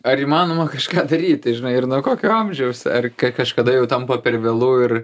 ar įmanoma kažką daryti žinai ir nuo kokio amžiaus ar kažkada jau tampa per vėlu ir